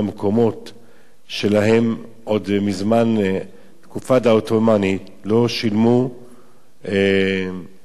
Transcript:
שעוד מזמן תקופת העות'מאנים לא שילמו את הארנונה.